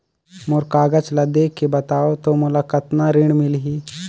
मोर कागज ला देखके बताव तो मोला कतना ऋण मिलही?